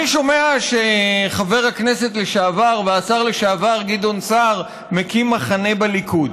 אני שומע שחבר הכנסת לשעבר והשר לשעבר גדעון סער מקים מחנה בליכוד.